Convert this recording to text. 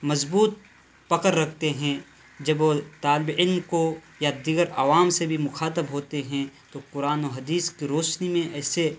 مضبوط پکڑ رکھتے ہیں جب وہ طالب علم کو یا دیگر عوام سے بھی مخاطب ہوتے ہیں تو قرآن و حدیث کی روشنی میں ایسے